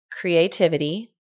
creativity